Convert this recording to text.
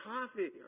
coffee